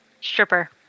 Stripper